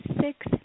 six